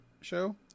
show